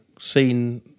seen